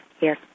Yes